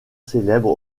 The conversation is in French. célèbre